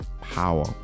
power